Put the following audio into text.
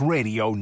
Radio